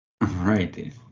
Right